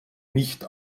nicht